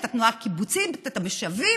את התנועה הקיבוצית ואת המושבים,